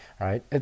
right